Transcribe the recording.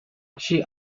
she